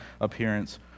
appearance